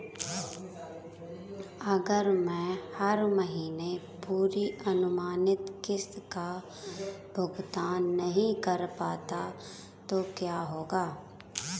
अगर मैं हर महीने पूरी अनुमानित किश्त का भुगतान नहीं कर पाता तो क्या होगा?